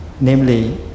namely